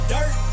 Dirt